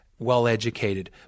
well-educated